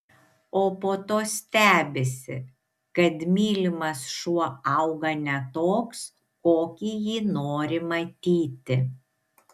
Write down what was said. o po to stebisi kad mylimas šuo auga ne toks kokį jį nori matyti